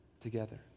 together